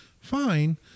fine